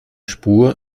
spur